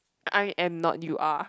I am not you are